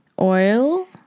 oil